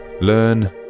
learn